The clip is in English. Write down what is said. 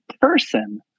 person